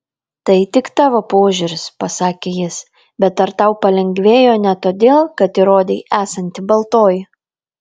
tai tik tavo požiūris pasakė jis bet ar tau palengvėjo ne todėl kad įrodei esanti baltoji